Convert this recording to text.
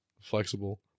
Flexible